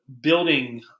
building